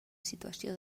situació